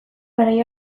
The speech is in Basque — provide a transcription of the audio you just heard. garai